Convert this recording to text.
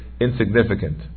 insignificant